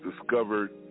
discovered